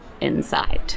inside